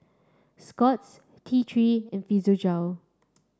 Scott's T three and Physiogel